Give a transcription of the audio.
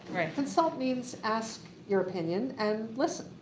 right. consult means ask your opinion and listen.